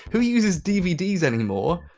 who uses dvds anymore?